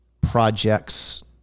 projects